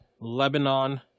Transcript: Lebanon